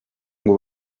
ngo